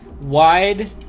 wide